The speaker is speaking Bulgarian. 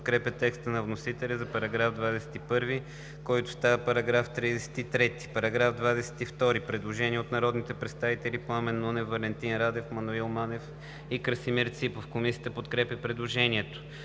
подкрепя текста на вносителя за § 21, който става § 33. По § 22 има предложение от народните представители Пламен Нунев, Валентин Радев, Маноил Манев и Красимир Ципов. Комисията подкрепя предложението.